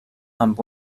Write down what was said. amb